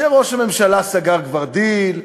שראש הממשלה סגר כבר דיל,